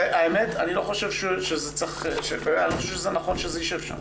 האמת, אני לא חושב שזה נכון שזה יישב שם.